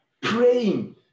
praying